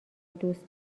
دوست